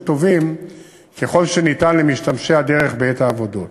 טובות ככל שניתן למשתמשי הדרך בעת העבודות.